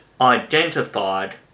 identified